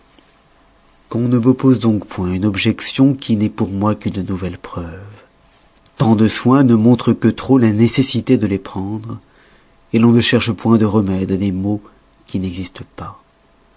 qu'on ne m'oppose donc point une objection qui n'est pour moi qu'une nouvelle preuve tant de soins ne montrent que trop la nécessité de les prendre l'on ne cherche point des remèdes à des maux qui n'existent pas